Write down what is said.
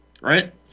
Right